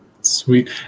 Sweet